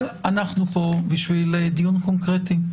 אבל אנחנו פה לדיון קונקרטי,